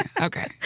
Okay